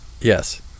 Yes